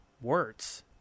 words